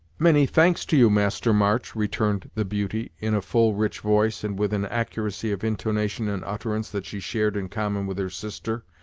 many thanks to you, master march, returned the beauty, in a full, rich voice, and with an accuracy of intonation and utterance that she shared in common with her sister,